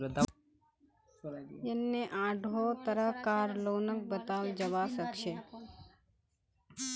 यन्ने आढ़ो तरह कार लोनक बताल जाबा सखछे